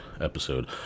episode